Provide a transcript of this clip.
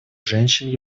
женщин